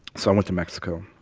so i went to mexico.